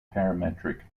parametric